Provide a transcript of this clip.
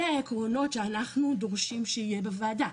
אלה העקרונות שאנחנו דורשים שיהיה בוועדה.